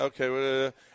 okay